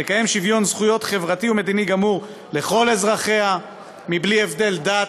תקיים שוויון זכויות חברתי ומדיני גמור לכל אזרחיה בלי הבדל דת,